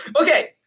Okay